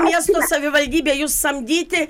miesto savivaldybei jus samdyti